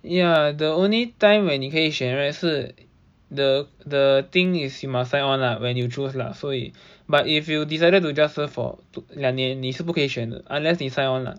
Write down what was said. ya the only time when 你可以选 right 是 the the thing is you must sign on lah when you choose lah 所以 but if you decided to just serve for two 两年你是不可以选的 unless 你 sign on lah